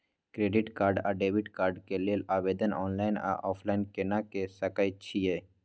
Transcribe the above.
Credit card आ debit card के लेल आवेदन ऑनलाइन आ ऑफलाइन केना के सकय छियै?